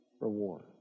reward